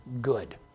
good